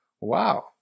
Wow